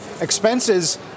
expenses